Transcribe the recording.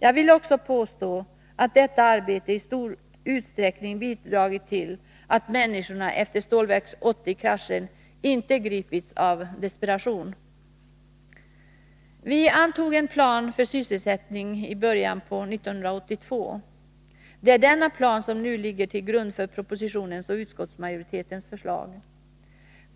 Jag vill också påstå att detta arbete i stor utsträckning bidragit till att människorna efter Stålverk 80-kraschen inte gripits av desperation. Vi antog en plan för sysselsättningen i början av 1982. Det är denna plan som nu ligger till grund för propositionens och utskottsmajoritetens förslag.